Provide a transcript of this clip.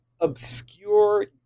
obscure